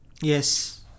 Yes